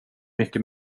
mycket